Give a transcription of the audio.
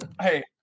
Hey